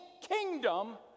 kingdom